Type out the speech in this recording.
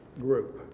group